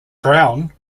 brown